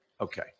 Okay